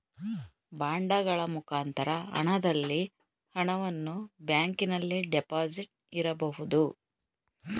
ಬಾಂಡಗಳ ಮುಖಾಂತರ ಹಣದಲ್ಲಿ ಹಣವನ್ನು ಬ್ಯಾಂಕಿನಲ್ಲಿ ಡೆಪಾಸಿಟ್ ಇರಬಹುದು